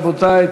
רבותי,